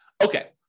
okay